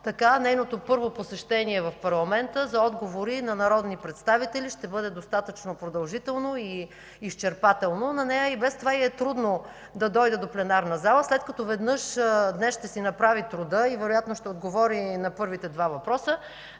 Така нейното първо посещение в парламента за отговори на народни представители ще бъде достатъчно продължително и изчерпателно. На нея и без това й е трудно да дойде до пленарната зала. След като днес веднъж ще си направи труда и вероятно ще отговори на първите два въпроса,